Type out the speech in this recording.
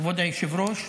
כבוד היושב-ראש,